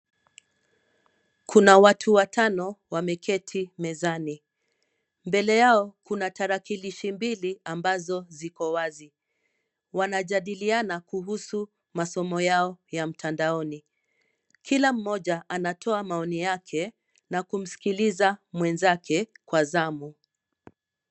Kuna watu watano wameketi mezani. Mbele yao kuna tarakilishi mbili ambazo ziko wazi. Wanajadiliana kuhusu masomo yao ya mtandaoni. Kila mmoja anatoa maoni yake na kumsikiliza mwenzake kwa zamu.